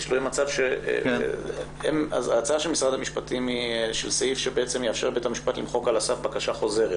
הצעת משרד המשפטים היא סעיף שיאפשר לבית המשפט למחוק על הסף בקשה חוזרת.